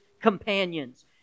companions